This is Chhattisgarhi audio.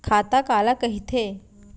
खाता काला कहिथे?